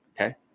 okay